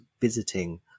visiting